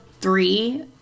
three